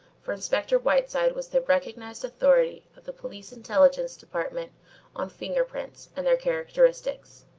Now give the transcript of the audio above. for inspector whiteside was the recognised authority of the police intelligence department on finger prints and their characteristics.